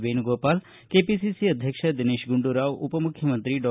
Venugopal KPCC ಅಧ್ಯಕ್ಷ ದಿನೇತ್ ಗುಂಡೂರಾವ್ ಉಪಮುಖ್ಯಮಂತ್ರಿ ಡಾ